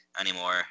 anymore